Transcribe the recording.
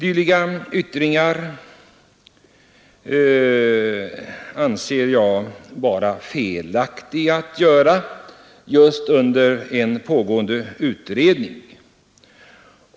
Jag anser det vara felaktigt med dylika yttringar just under en pågående utredning.